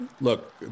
look